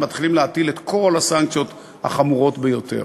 מתחילים להטיל את כל הסנקציות החמורות ביותר,